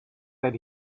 that